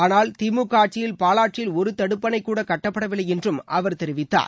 ஆனால் திமுக ஆட்சியில் பாவாற்றில் ஒரு தடுப்பணைக் கூட கட்டப்படவில்லை என்றும் அவர் தெரிவித்தார்